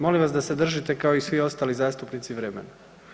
Molim vas da se držite, kao i svi ostali zastupnici vremena.